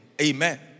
Amen